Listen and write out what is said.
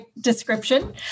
description